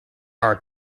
are